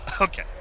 Okay